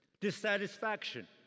dissatisfaction